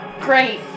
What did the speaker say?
Great